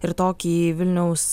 ir tokį vilniaus